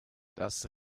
das